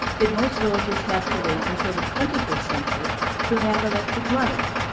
did most villagers have to wait until the twenty first century to have electric light?